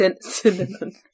cinnamon